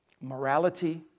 morality